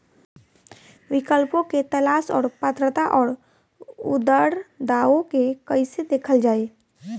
विकल्पों के तलाश और पात्रता और अउरदावों के कइसे देखल जाइ?